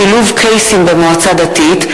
שילוב קייסים במועצה דתית),